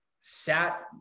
sat